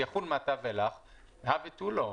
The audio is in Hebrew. שיחול מעתה ואילך הא ותו לא.